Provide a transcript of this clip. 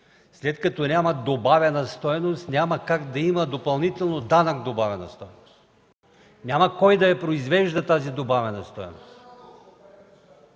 След като няма добавена стойност, няма как да има допълнително данък добавена стойност. Няма кой да я произвежда тази добавена стойност.